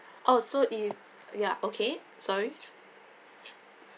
oh so you ya okay sorry